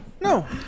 No